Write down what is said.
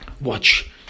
watch